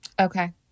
Okay